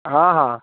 हँ हँ